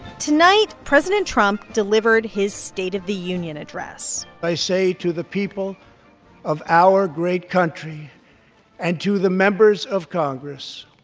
tonight, president trump delivered his state of the union address they say to the people of our great country and to the members of congress,